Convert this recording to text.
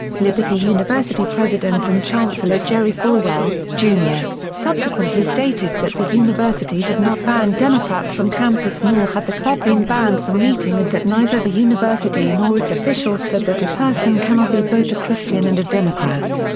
liberty university president and chancellor jerry falwell, jr, subsequently stated that the university had not banned democrats from campus nor had the club been banned from meeting and that neither the university nor its officials said that a person cannot be both a christian and a democrat.